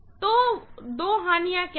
तो दो हानियाँ क्या हैं